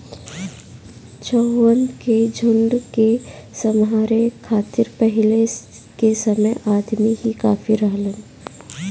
चउवन के झुंड के सम्हारे खातिर पहिले के समय अदमी ही काफी रहलन